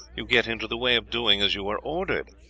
you get into the way of doing as you are ordered.